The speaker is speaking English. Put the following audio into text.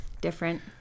different